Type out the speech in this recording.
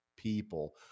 People